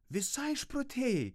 visai išprotėjai